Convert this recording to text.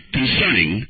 concerning